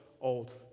old